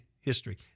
history